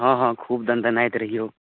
हँहँ खूब दनदनाइत रहियौ